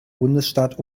bundesstaat